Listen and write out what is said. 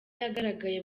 yagaragaye